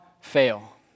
fail